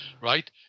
right